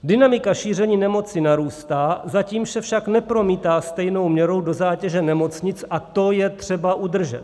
Dynamika šíření nemoci narůstá, zatím se však nepromítá stejnou měrou do zátěže nemocnic a to je třeba udržet.